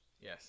Yes